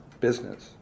business